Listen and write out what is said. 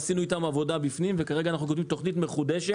עשינו איתם עבודה בפנים וכרגע אנחנו כותבים תכנית מחודש.